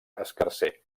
escarser